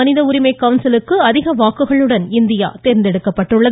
மனித உரிமை கவுன்சிலுக்கு அதிக வாக்குகளுடன் இந்தியா தேர்ந்தெடுக்கப்பட்டுள்ளது